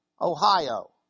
Ohio